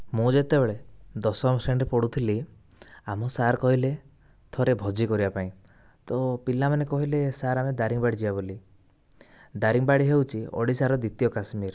ମୁଁ ଯେତେବେଳେ ଦଶମ ଶ୍ରେଣୀରେ ପଢ଼ୁଥିଲି ଆମ ସାର୍ କହିଲେ ଥରେ ଭୋଜି କରିବା ପାଇଁ ତ ପିଲାମାନେ କହିଲେ ସାର୍ ଆମେ ଦାରିଙ୍ଗବାଡ଼ି ଯିବା ବୋଲି ଦାରିଙ୍ଗବାଡ଼ି ହେଉଛି ଓଡ଼ିଶାର ଦ୍ୱିତୀୟ କାଶ୍ମୀର